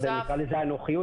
מבחינת הנוחיות